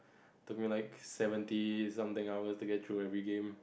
talking like seventies something else get through every game